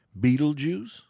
Beetlejuice